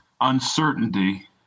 uncertainty